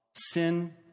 Sin